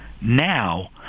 now